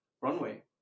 runway